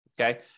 okay